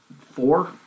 four